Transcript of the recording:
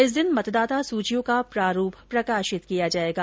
इस दिन मतदाता सूचियों का प्रारूप प्रकाशित किया जाएगा